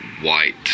white